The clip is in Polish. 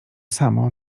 samo